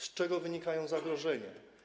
Z czego wynikają zagrożenia?